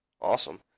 Awesome